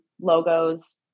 logos